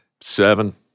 Seven